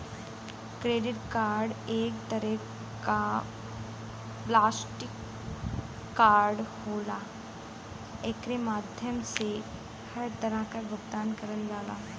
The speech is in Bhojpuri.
क्रेडिट कार्ड एक तरे क प्लास्टिक कार्ड होला एकरे माध्यम से हर तरह क भुगतान करल जाला